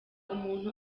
umuntu